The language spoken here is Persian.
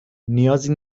نیازی